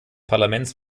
parlaments